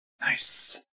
Nice